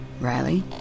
Riley